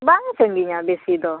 ᱵᱟᱝ ᱥᱟᱺᱜᱤᱧᱟ ᱵᱮᱥᱤ ᱫᱚ